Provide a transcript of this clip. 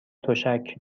تشک